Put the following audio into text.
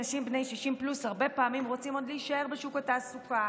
אנשים בני 60 פלוס הרבה פעמים רוצים להישאר בשוק התעסוקה,